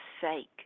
sake